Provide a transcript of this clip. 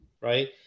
right